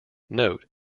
note